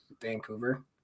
Vancouver